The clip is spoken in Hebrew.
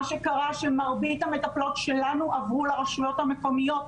מרבית המטפלות שלנו עברו לרשויות המקומיות.